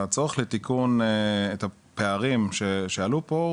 הצורך לתיקון את הפערים שעלו פה,